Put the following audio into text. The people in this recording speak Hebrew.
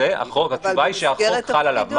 התשובה היא שהחוק חל עליו.